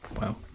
Wow